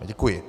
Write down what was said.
Děkuji.